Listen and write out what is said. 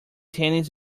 tennis